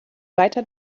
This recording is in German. weiter